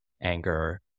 anger